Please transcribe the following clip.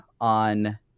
on